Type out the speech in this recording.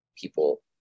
people